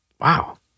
Wow